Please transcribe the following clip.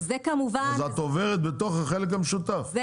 אז את עוברת בתוך החלק המשותף,